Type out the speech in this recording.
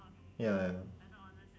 ya ya